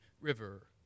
River